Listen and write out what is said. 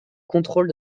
contrôle